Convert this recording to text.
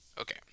Okay